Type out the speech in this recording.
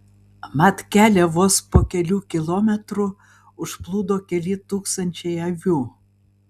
mat kelią vos po kelių kilometrų užplūdo keli tūkstančiai avių